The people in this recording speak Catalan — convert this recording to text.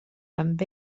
amb